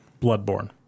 Bloodborne